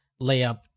layup